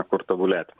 kur tobulėti